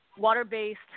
water-based